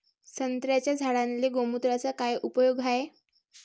संत्र्याच्या झाडांले गोमूत्राचा काय उपयोग हाये?